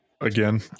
again